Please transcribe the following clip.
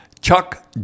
Chuck